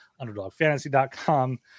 underdogfantasy.com